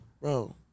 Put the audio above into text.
Bro